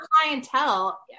clientele